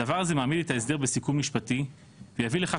הדבר הזה מעמיד את ההסדר בסיכון משפטי יביא לכך